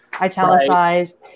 italicized